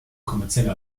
kommerzielle